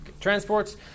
Transports